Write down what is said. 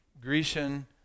Grecian